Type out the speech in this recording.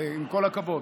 עם כל הכבוד: